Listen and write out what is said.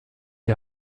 die